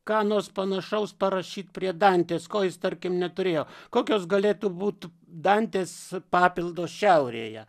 ką nors panašaus parašyt prie danties ko jis tarkim neturėjo kokios galėtų būt danties papildo šiaurėje